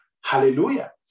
Hallelujah